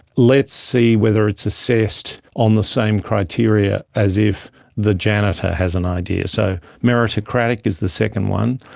let's see whether it's assessed on the same criteria as if the janitor has an idea. so meritocratic is the second one.